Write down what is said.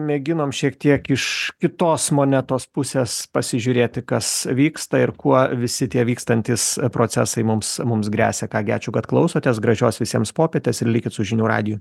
mėginom šiek tiek iš kitos monetos pusės pasižiūrėti kas vyksta ir kuo visi tie vykstantys procesai mums mums gresia ką gi ačiū kad klausotės gražios visiems popietės ir likit su žinių radiju